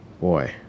Boy